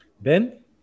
Ben